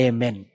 Amen